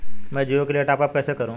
मैं जिओ के लिए टॉप अप कैसे करूँ?